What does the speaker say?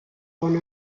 one